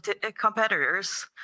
competitors